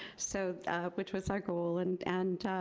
so which was our goal, and and